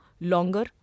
longer